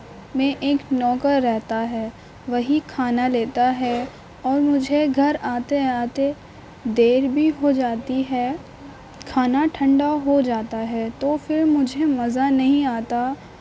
میں ایک نوکر رہتا ہے وہی کھانا لیتا ہے اور مجھے گھر آتے آتے دیر بھی ہو جاتی ہے کھانا ٹھنڈا ہو جاتا ہے تو پھر مجھے مزہ نہیں آتا